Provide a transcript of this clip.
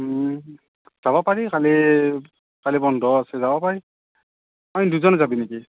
ওম যাব পাৰি কালি কালি বন্ধ আছে যাব পাৰি আমি দুজন যাবি নেকি